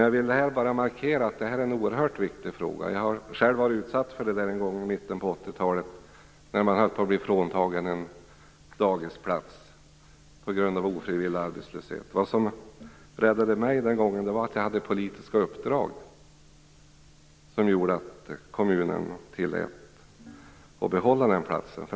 Jag vill bara markera att detta är en oerhört viktig fråga. Jag har själv varit utsatt för detta en gång i mitten på 80-talet när jag höll på att bli fråntagen en dagisplats på grund av ofrivillig arbetslöshet. Det som räddade mig den gången var att jag hade politiska uppdrag som gjorde att kommunen tillät mig att behålla platsen.